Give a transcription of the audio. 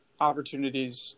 opportunities